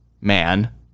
man